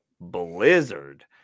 blizzard